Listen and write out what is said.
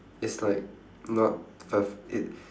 it's like not a it